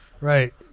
Right